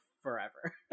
forever